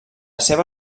seva